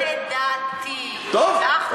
אני אומרת את דעתי, נזדכה על זה.